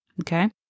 Okay